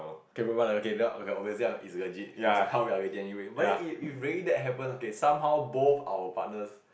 okay we move on okay obviously it's legit cause how we are genuine but then if if really that happens somehow both our partners